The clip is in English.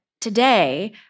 today